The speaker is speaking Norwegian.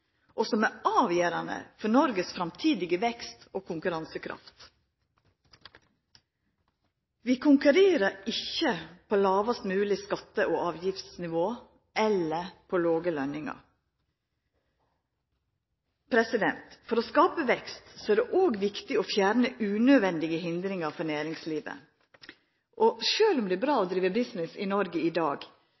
og som er avgjerande for Noregs framtidige vekst og konkurransekraft. Vi konkurrerer ikkje på lågast mogleg skatte- og avgiftsnivå eller på låge lønningar. For å skapa vekst er det òg viktig å fjerna unødvendige hindringar for næringslivet. Sjølv om det er bra å driva business i Noreg i dag,